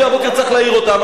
אני בבוקר צריך להעיר אותם,